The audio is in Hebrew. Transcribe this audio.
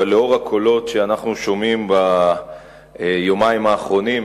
אבל לאור הקולות שאנחנו שומעים ביומיים האחרונים,